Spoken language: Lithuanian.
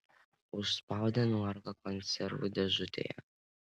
užspaudė nuorūką konservų dėžutėje